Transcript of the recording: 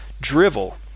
drivel